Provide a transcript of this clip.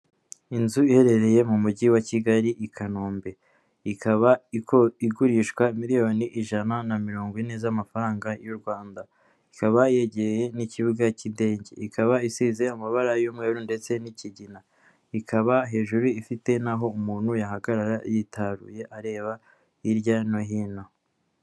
Inzu iherereye mu mujyi wa Kigali i Kanombe ikaba igurishwa miliyoni ijana na mirongo ine z'amafaranga y'u Rwanda ikaba yegereye n'ikibuga cy'indege ikaba isize amabara y'umweru ndetse n'ikigina ikaba hejuru ifite n nahoaho umuntu yahagarara yitaruye areba hirya no hino.